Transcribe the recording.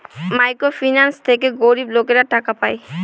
micro finance থেকে গরিব লোকেরা টাকা পায়